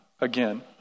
again